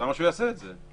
למה שהוא יעשה את זה?